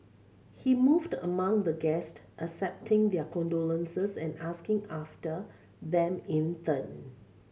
he moved among the guests accepting their condolences and asking after them in turn